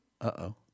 Uh-oh